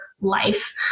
life